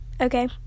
Okay